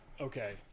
okay